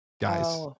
Guys